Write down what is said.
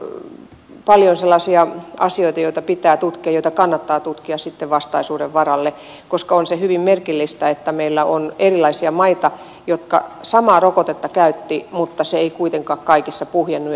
tässä on paljon sellaisia asioita joita pitää tutkia joita kannattaa tutkia vastaisuuden varalle koska on se hyvin merkillistä että meillä on erilaisia maita jotka samaa rokotetta käyttivät mutta sairaus ei kuitenkaan kaikissa puhjennut